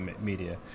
media